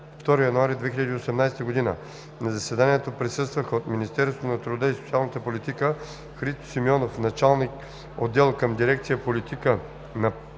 2 януари 2018 г. На заседанието присъстваха от Министерство на труда и социалната политика: Христо Симеонов – началник отдел към дирекция „Политика на